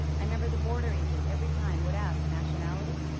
i remember the border agent, every time would ask, nationality?